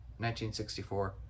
1964